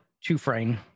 two-frame